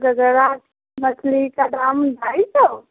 bill वग़ैरह मछली का दाम ढाई सौ